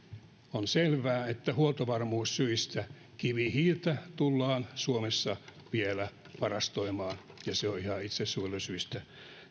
on selvää että huoltovarmuussyistä kivihiiltä tullaan suomessa vielä varastoimaan ja se on ihan itsesuojelusyistä